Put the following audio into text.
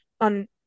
on